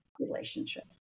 Relationship